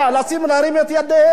להרים את ידיהם,